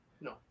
No